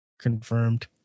Confirmed